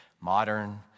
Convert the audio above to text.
modern